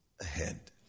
ahead